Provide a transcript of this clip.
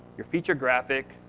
your featured graphic,